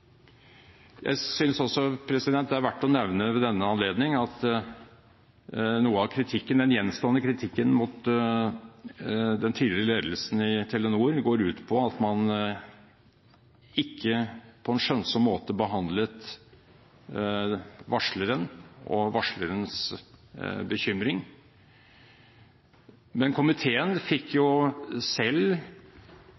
Jeg synes også det er verdt å nevne ved denne anledning at noe av den gjenstående kritikken mot den tidligere ledelsen i Telenor går ut på at man ikke behandlet varsleren og varslerens bekymring på en skjønnsom måte. Komiteen fikk jo